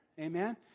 amen